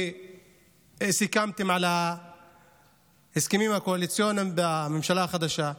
כי סיכמתם על ההסכמים הקואליציוניים בממשלה החדשה,